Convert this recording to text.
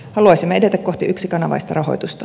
haluaisimme edetä kohti yksikanavaista rahoitusta